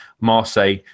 Marseille